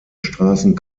straßen